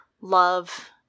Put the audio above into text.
love